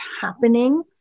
happening